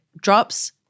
drops